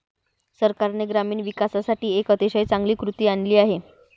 सरकारने ग्रामीण विकासासाठी एक अतिशय चांगली कृती आणली आहे